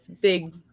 big